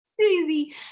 crazy